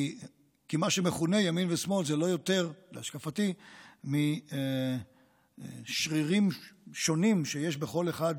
כי מה שמכונה ימין ושמאל זה להשקפתי לא יותר משרירים שונים שיש בכל אחד